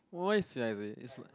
why is is like